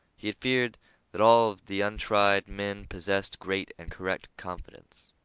he had feared that all of the untried men possessed great and correct confidence.